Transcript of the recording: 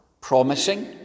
Promising